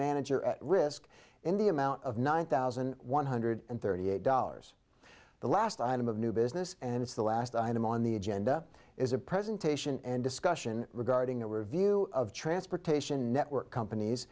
manager at risk in the amount of nine thousand one hundred and thirty eight dollars the last item of new business and it's the last item on the agenda is a presentation and discussion regarding a review of transportation network companies